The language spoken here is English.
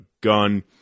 gun